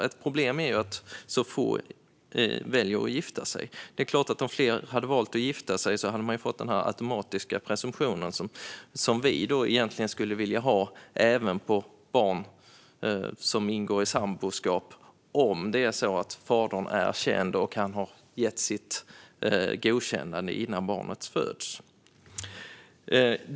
Ett problem är att så få väljer att gifta sig; om fler hade valt att gifta sig hade man fått den automatiska presumtion som vi egentligen skulle vilja ha även för barn som föds inom samboskap om det är så att fadern är känd och har gett sitt godkännande innan barnet föds.